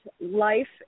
life